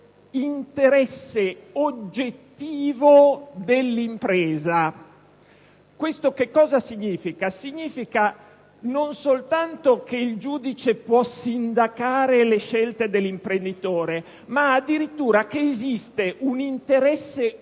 dell'"interesse oggettivo" dell'impresa. Ciò non significa soltanto che il giudice può sindacare le scelte dell'imprenditore, ma addirittura che esiste un interesse oggettivo